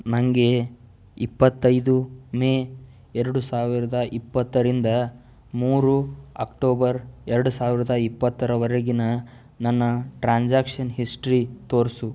ನನಗೆ ಇಪ್ಪತೈದು ಮೇ ಎರಡು ಸಾವಿರದ ಇಪ್ಪತ್ತರಿಂದ ಮೂರು ಅಕ್ಟೋಬರ್ ಎರಡು ಸಾವಿರದ ಇಪ್ಪತ್ತರವರೆಗಿನ ನನ್ನ ಟ್ರಾನ್ಸಾಕ್ಷನ್ ಹಿಸ್ಟ್ರಿ ತೋರಿಸು